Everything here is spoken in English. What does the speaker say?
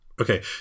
Okay